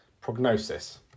Prognosis